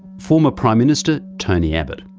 former prime minister tony abbott.